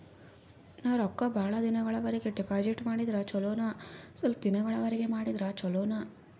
ನಾನು ರೊಕ್ಕ ಬಹಳ ದಿನಗಳವರೆಗೆ ಡಿಪಾಜಿಟ್ ಮಾಡಿದ್ರ ಚೊಲೋನ ಸ್ವಲ್ಪ ದಿನಗಳವರೆಗೆ ಮಾಡಿದ್ರಾ ಚೊಲೋನ?